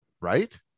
Right